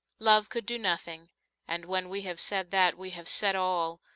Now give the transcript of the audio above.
love could do nothing and when we have said that we have said all,